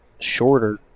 shorter